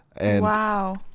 Wow